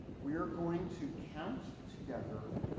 we're going to count together